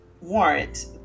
warrant